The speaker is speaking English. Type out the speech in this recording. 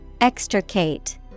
Extricate